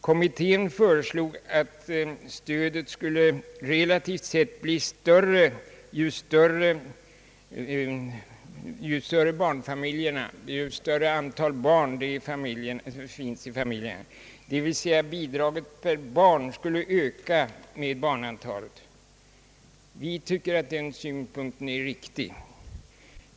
Kommittén föreslog att stödet skulle relativt sett bli större ju större antal barn som finns i familjerna, dvs. bidraget per barn skulle öka med barnantalet. Vi tycker att den synpunkten är riktig.